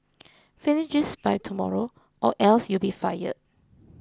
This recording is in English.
finish this by tomorrow or else you'll be fired